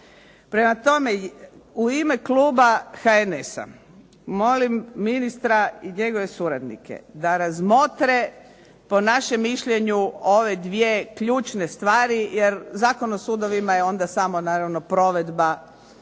Prema tome, u ime kluba HNS-a molim ministra i njegove suradnike da razmotre po našem mišljenju ove dvije ključne stvari, jer Zakon o sudovima je onda samo naravno provedba